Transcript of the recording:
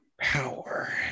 power